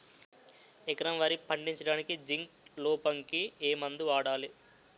ఎకరం వరి పండించటానికి జింక్ లోపంకి ఏ మందు వాడాలి?